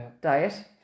diet